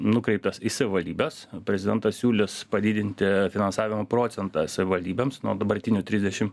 nukreiptas į savaldybes prezidentas siūlys padidinti finansavimo procentą savivaldybėms nuo dabartinių trisdešim